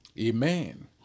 amen